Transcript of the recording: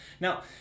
Now